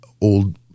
old –